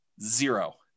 zero